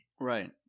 Right